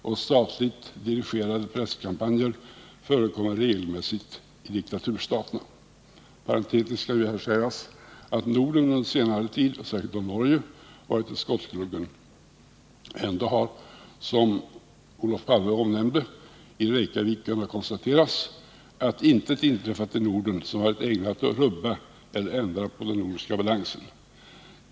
Och statligt dirigerade presskampanjer förekommer regelmässigt i diktaturstaterna. Parentetiskt skall här sägas att Norden, i synnerhet då Norge, under senare tid varit i skottgluggen. Ändå har, som Olof Palme påpekade i Reykjavik och som här har konstaterats, intet inträffat i Norden som varit ägnat att rubba eller ändra på den nordiska balansen.